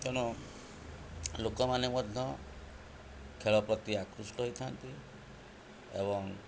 ତେଣୁ ଲୋକମାନେ ମଧ୍ୟ ଖେଳ ପ୍ରତି ଆକୃଷ୍ଟ ହୋଇଥାନ୍ତି ଏବଂ